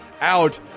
out